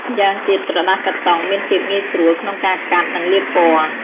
ម៉្យាងទៀតក្រដាសកាតុងមានភាពងាយស្រួលក្នុងការកាត់ និងលាបពណ៌។